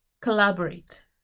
collaborate